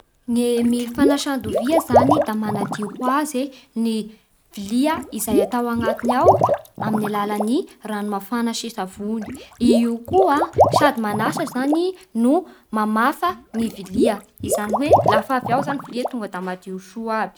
Ny mily fanasan-dovia zany da manadio ho azy e ny vilia izay atao agnatiny ao amin'ny alalan'ny rano mafana sy savony. I io koa sady manasa zany no mamafa ny vilia zany hoe lafa avy ao zany ny vilia tonga da madio soa aby.